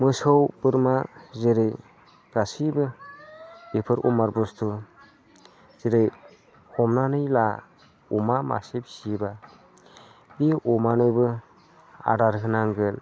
मोसौ बोरमा जेरै गासैबो बेफोर अमात बुस्थु जेरै हमनानै ला अमा मासे फिसियोबा बे अमानोबो आदार होनांगोन